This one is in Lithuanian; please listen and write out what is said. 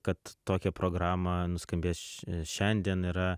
kad tokia programa nuskambės šiandien yra